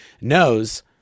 knows